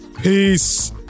Peace